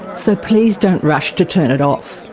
so please don't rush to turn it off.